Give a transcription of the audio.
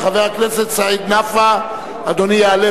של חבר הכנסת זבולון אורלב,